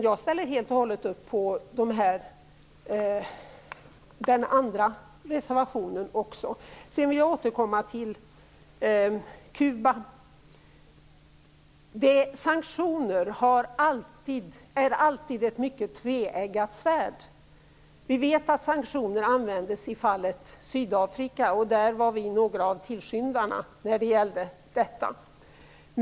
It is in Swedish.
Jag ställer helt och hållet upp också på den andra reservationen. Sedan vill jag återkomma till Kuba. Sanktioner är alltid ett mycket tveeggat svärd. Vi vet att sanktioner användes i fallet Sydafrika. Vi var några av tillskyndarna.